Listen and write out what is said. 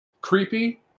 creepy